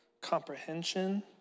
comprehension